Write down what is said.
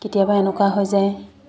কেতিয়াবা এনেকুৱা হৈ যায়